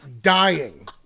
dying